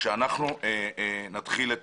שאנחנו נתחיל את